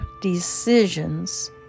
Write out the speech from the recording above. decisions